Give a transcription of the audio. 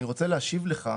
אני רוצה להשיב לך.